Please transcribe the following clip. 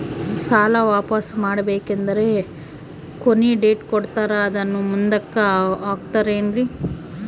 ಸಾಲ ವಾಪಾಸ್ಸು ಮಾಡಬೇಕಂದರೆ ಕೊನಿ ಡೇಟ್ ಕೊಟ್ಟಾರ ಅದನ್ನು ಮುಂದುಕ್ಕ ಹಾಕುತ್ತಾರೇನ್ರಿ?